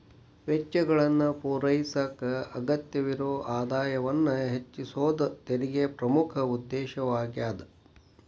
ವೆಚ್ಚಗಳನ್ನ ಪೂರೈಸಕ ಅಗತ್ಯವಿರೊ ಆದಾಯವನ್ನ ಹೆಚ್ಚಿಸೋದ ತೆರಿಗೆ ಪ್ರಮುಖ ಉದ್ದೇಶವಾಗ್ಯಾದ